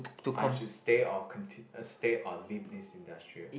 I should stay or continue stay or leave this industry